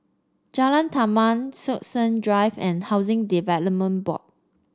Jalan Taman Stokesay Drive and Housing Development Board